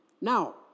Now